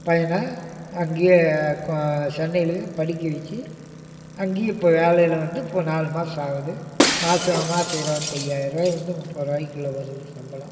பையனை அங்கேயே சென்னையிலேயே படிக்க வச்சு அங்கேயே இப்போ வேலையில் வந்து இப்போ நாலு மாதம் ஆகுது மாதம் மாதம் இருபத்தி ஐயாயிரருவாயிலிருந்து முப்பதுருபாயிக்குள்ள வருது சம்பளம்